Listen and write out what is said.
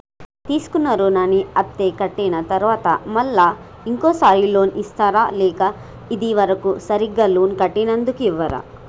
తీసుకున్న రుణాన్ని అత్తే కట్టిన తరువాత మళ్ళా ఇంకో సారి లోన్ ఇస్తారా లేక ఇది వరకు సరిగ్గా లోన్ కట్టనందుకు ఇవ్వరా?